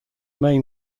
main